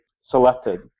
selected